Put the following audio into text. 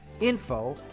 info